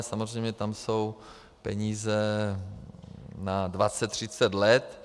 Samozřejmě tam jsou peníze na dvacet, třicet let.